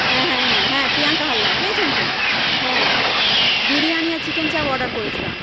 হ্যাঁ হ্যাঁ হ্যাঁ হ্যাঁ প্রিয়াঙ্কা হালদার পেয়েছেন তো হ্যাঁ বিরিয়ানি আর চিকেন চাপ অর্ডার করেছিলাম